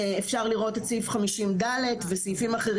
אפשר לראות את סעיף (50) (ד) וסעיפים אחרים